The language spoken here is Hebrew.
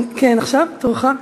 כן, עכשיו תורך.